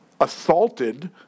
assaulted